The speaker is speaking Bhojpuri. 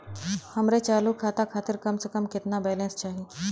हमरे चालू खाता खातिर कम से कम केतना बैलैंस चाही?